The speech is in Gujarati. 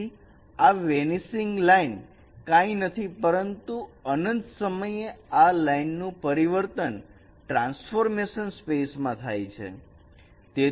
તેથી આ વેનીસિંગ લાઈન કાંઈ નથી પરંતુ અનંત સમયે આ લાઈનનું પરિવર્તન ટ્રાન્સફોર્મેશન સ્પેસમાં થાય છે